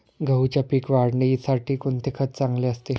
गहूच्या पीक वाढीसाठी कोणते खत चांगले असते?